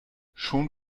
schon